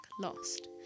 Lost